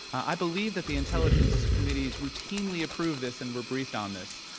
i believe that the intelligence committees routinely approved this and were briefed on this,